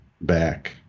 back